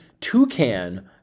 toucan